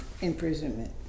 imprisonment